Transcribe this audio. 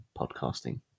podcasting